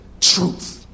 truth